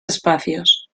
espacios